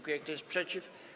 Kto jest przeciw?